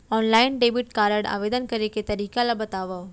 Online debit card आवेदन करे के तरीका ल बतावव?